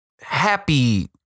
happy